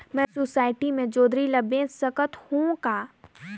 मैं सोसायटी मे जोंदरी ला बेच सकत हो का?